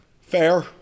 Fair